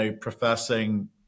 professing